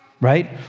Right